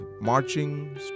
marching